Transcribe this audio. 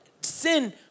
sin